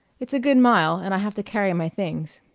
it's a good mile, and i have to carry my things.